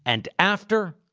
and, after,